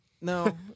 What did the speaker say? No